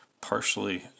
partially